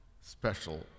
special